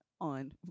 on